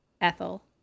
Ethel